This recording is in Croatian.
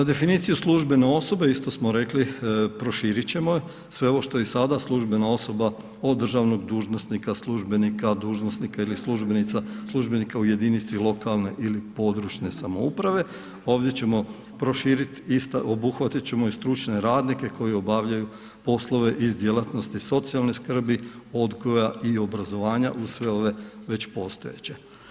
Definiciju službene osobe isto smo rekli proširit ćemo, sve ovo što je i sada službena osoba od državnog dužnosnika, službenika, dužnosnika ili službenica, službenika u jedinici lokalne ili područne samouprave, ovdje ćemo proširiti ista, obuhvatiti ćemo i stručne radnike koji obavljaju poslove iz djelatnosti socijalne skrbi, odgoja i obrazovanja uz sve ove već postojeće.